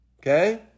Okay